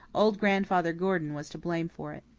old grandfather gordon was to blame for it.